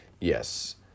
Yes